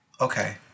okay